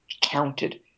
counted